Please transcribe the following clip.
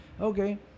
Okay